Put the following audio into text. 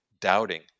doubting